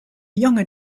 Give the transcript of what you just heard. junge